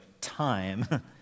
time